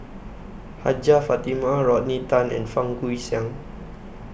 Hajjah Fatimah Rodney Tan and Fang Guixiang